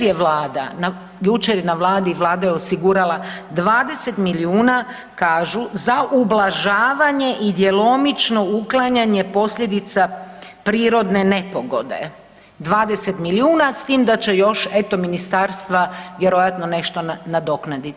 Jučer je vlada, jučer je na vladi, vlada je osigurala 20 milijuna kažu za ublažavanje i djelomično uklanjanje posljedica prirodne nepogode, 20 milijuna s tim da će još eto ministarstva vjerojatno nešto nadoknaditi.